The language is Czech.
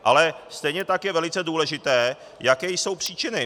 Ale stejně tak je velice důležité, jaké jsou příčiny.